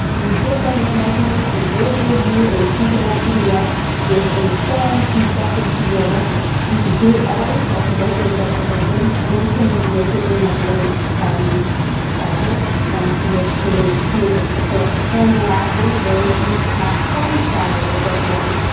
you give them your measurements and they give you a printable pdf with a form constructed to your measurements. you can do it all by yourself, you don't need a second person, and you can make it in like really fun fabrics and make just a really cool-looking form. and lastly, there's the cast-foam style of dress form.